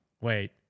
Wait